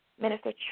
Minister